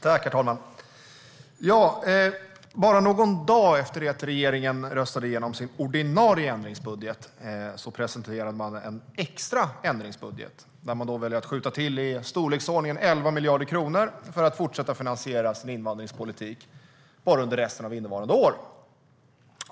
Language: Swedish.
Herr talman! Bara någon dag efter att regeringen röstade igenom sin ordinarie ändringsbudget presenterade man en extra ändringsbudget, där man väljer att skjuta till i storleksordningen 11 miljarder kronor för att fortsätta finansiera sin invandringspolitik bara under resten av innevarande år.